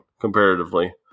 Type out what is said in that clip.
comparatively